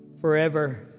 forever